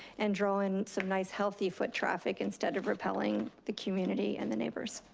and drawing some nice healthy foot traffic instead of repelling the community and the neighbors,